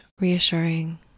reassuring